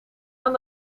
aan